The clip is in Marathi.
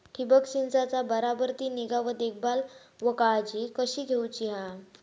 ठिबक संचाचा बराबर ती निगा व देखभाल व काळजी कशी घेऊची हा?